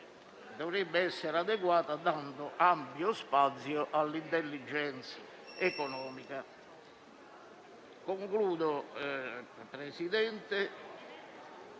dovrebbe essere adeguata, dando ampio spazio all'*intelligence* economica. Concludo, signor